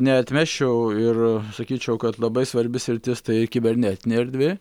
neatmesčiau ir sakyčiau kad labai svarbi sritis tai kibernetinė erdvė